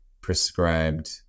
prescribed